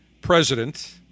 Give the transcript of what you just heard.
president